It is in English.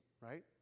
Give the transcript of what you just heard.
right